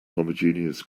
homogeneous